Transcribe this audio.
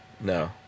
No